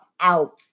Out